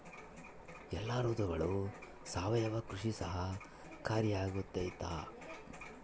ಎಲ್ಲ ಋತುಗಳಗ ಸಾವಯವ ಕೃಷಿ ಸಹಕಾರಿಯಾಗಿರ್ತೈತಾ?